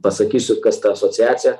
pasakysiu kas ta asociacija